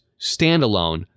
standalone